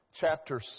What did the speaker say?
chapter